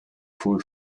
full